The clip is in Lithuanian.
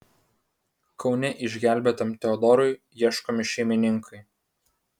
kaune išgelbėtam teodorui ieškomi šeimininkai